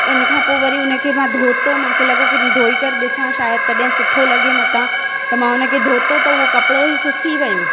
उन खां पोइ वरी उन खे मां धोतो मूंखे लॻो की धोई करे ॾिसां शायदि तॾहिं सुठो लॻे मतां त मां उन खे धोतो त उहो कपिड़ो ई सुसी वियो